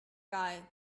guy